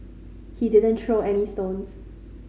he didn't throw any stones